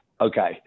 okay